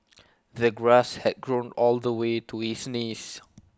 the grass had grown all the way to his knees